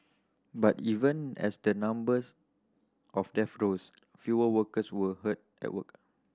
but even as the number of death rose fewer workers were hurt at work